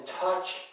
touch